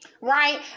right